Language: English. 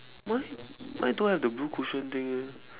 mine mine don't have the blue cushion thing eh